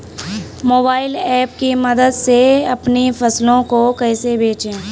Mobile app की मदद से अपनी फसलों को कैसे बेचें?